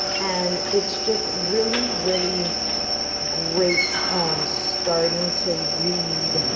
and it's just really, really great starting to read